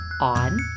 on